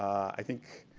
i think